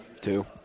Two